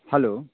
hello